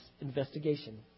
investigation